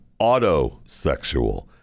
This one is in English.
autosexual